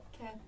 Okay